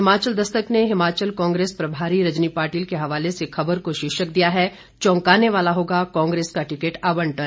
हिमाचल दस्तक ने हिमाचल कांग्रेस प्रभारी रजनी पाटिल के हवाले से खबर को शीर्षक दिया है चौंकाने वाला होगा कांग्रेस का टिकट आवंटन